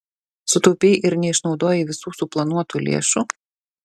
sutaupei ir neišnaudojai visų suplanuotų lėšų